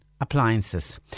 appliances